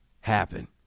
happen